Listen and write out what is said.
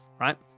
right